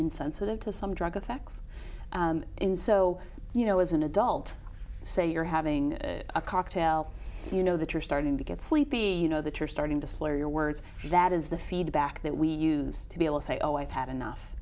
insensitive to some drug effects in so you know as an adult say you're having a cocktail you know that you're starting to get sleepy you know that you're starting to slur your words that is the feedback that we use to be able to say oh i've had enough